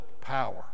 power